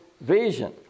vision